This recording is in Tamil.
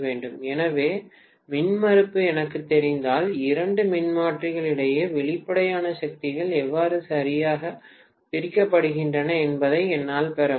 எனவே மின்மறுப்பு எனக்குத் தெரிந்தால் இரண்டு மின்மாற்றிகள் இடையே வெளிப்படையான சக்திகள் எவ்வாறு சரியாகப் பிரிக்கப்படுகின்றன என்பதை என்னால் பெற முடியும்